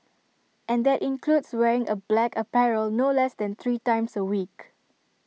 and that includes wearing A black apparel no less than three times A week